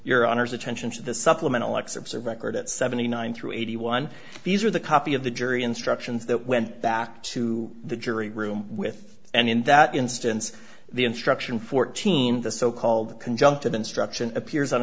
your honor's attention to the supplemental excerpts of record at seventy nine through eighty one these are the copy of the jury instructions that went back to the jury room with and in that instance the instruction fourteen the so called conjunctive instruction appears on